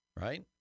Right